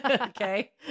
Okay